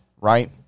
right